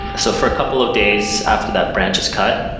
so for a couple of days after that branch is cut,